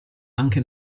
anche